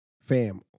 Fam